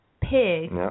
pig